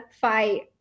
fight